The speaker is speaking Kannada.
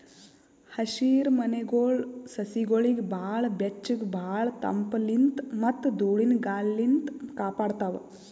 ಹಸಿರಮನೆಗೊಳ್ ಸಸಿಗೊಳಿಗ್ ಭಾಳ್ ಬೆಚ್ಚಗ್ ಭಾಳ್ ತಂಪಲಿನ್ತ್ ಮತ್ತ್ ಧೂಳಿನ ಗಾಳಿನಿಂತ್ ಕಾಪಾಡ್ತಾವ್